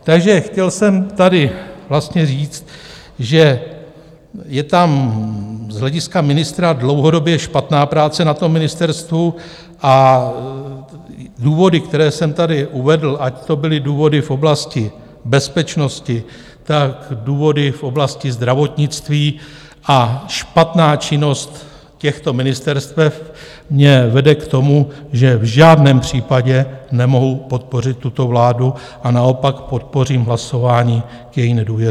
Takže chtěl jsem tady vlastně říct, že je tam z hlediska ministra dlouhodobě špatná práce na tom ministerstvu, a důvody, které jsem tady uvedl, ať to byly důvody v oblasti bezpečnosti, tak důvody v oblasti zdravotnictví a špatná činnost těchto ministerstev, mě vedou k tomu, že v žádném případě nemohu podpořit tuto vládu a naopak podpořím hlasování o její nedůvěře.